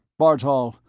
bartol,